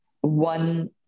one